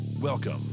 Welcome